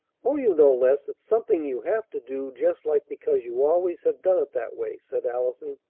oh, you know, les, it's something you have to do just like because you always have done it that way, said allison,